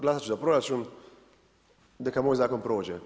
Glasati ću za proračun, neka moj zakon prođe.